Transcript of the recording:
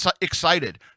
excited